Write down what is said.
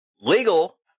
legal